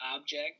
object